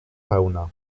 pełna